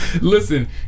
Listen